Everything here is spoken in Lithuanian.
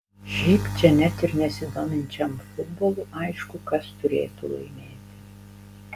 šiaip čia net ir nesidominčiam futbolu aišku kas turėtų laimėti